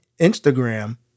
Instagram